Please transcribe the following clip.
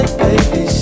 baby